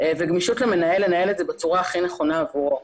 וגמישות למנהל לנהל את זה בצורה הכי נכונה עבורו